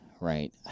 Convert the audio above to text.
Right